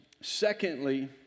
secondly